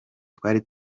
twari